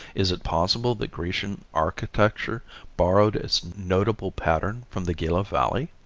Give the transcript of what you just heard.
is it possible that grecian architecture borrowed its notable pattern from the gila valley?